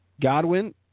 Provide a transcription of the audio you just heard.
Godwin